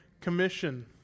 commission